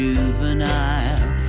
Juvenile